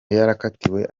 yarakatiwe